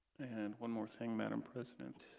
and one more thing madam president,